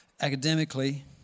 academically